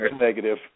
negative